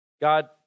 God